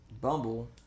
bumble